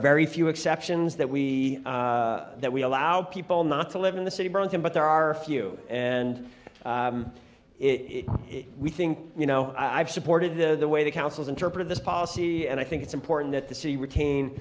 very few exceptions that we that we allow people not to live in the city broke in but there are a few and it we think you know i've supported the way the councils interpret this policy and i think it's important that the city retain